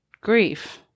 grief